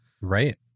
right